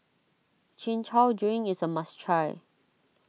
Chin Chow Drink is a must try